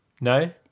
No